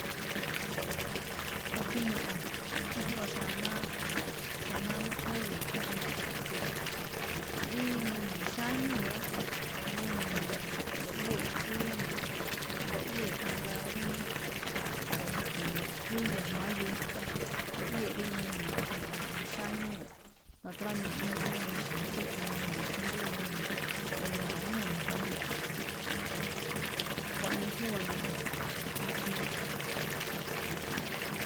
Ikhiin ño̱ꞌo̱n tsí júwa̱ xanáá, xanáá má jóve̱e̱ꞌ, ikhín má napiꞌtsii̱. Rí nuni̱i̱ xáñúu rá, nuni̱i̱ ni̱i̱ ndoꞌyée̱ xkuíya̱, ndoꞌyée̱ mangaa rí, e̱ste̱e̱, xkuíya̱ jma̱á yuska, ndoꞌyée̱ rí nuni̱i̱ khii̱n ja̱ꞌnii xáñúu̱, natrámii̱ ná ñawúun ixe̱, ikhín kho̱ nuni̱i̱ xndú nuni̱i̱, nu̱ña̱wúu̱n ijíi̱n. Xkuaꞌnii júwa̱ꞌ ño̱ꞌo̱n ikhiin.